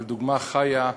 אבל דוגמה חיה,